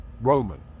Roman